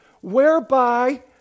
whereby